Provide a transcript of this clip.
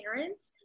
parents